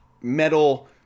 metal